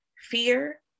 fear